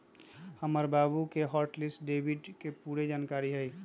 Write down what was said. हमर बाबु के हॉट लिस्ट डेबिट के पूरे जनकारी हइ